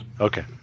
Okay